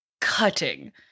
cutting